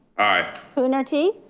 aye. coonerty,